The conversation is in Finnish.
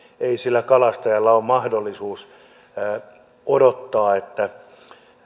ei sillä kalastajalla ole mahdollisuutta odottaa että